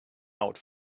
out